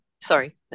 sorry